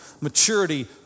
Maturity